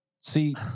See